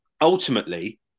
ultimately